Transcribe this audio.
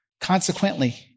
Consequently